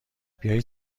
بیایید